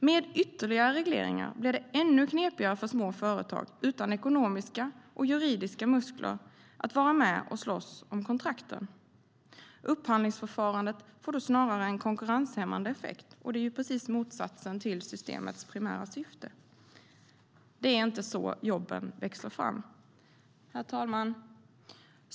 Med ytterligare regleringar blir det ännu knepigare för små företag utan ekonomiska och juridiska muskler att vara med och slåss om kontrakten. Upphandlingsförfarandet får då snarare en konkurrenshämmande effekt, och det är ju precis motsatsen till systemets primära syfte. Det är inte så jobben växer fram. Herr talman!